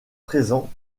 présents